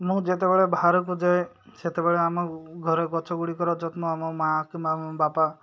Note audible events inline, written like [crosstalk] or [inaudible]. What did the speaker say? ମୁଁ ଯେତେବେଳେ ବାହାରକୁ ଯାଏ ସେତେବେଳେ ଆମ ଘରେ ଗଛ ଗୁଡ଼ିକର ଯତ୍ନ ଆମ ମାଆ କିମ୍ବା [unintelligible] ବାପା